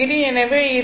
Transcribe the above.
எனவே இது 39